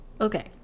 Okay